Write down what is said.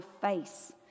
face